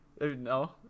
No